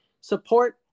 support